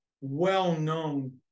well-known